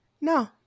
no